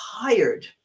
tired